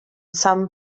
some